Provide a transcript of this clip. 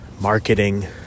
marketing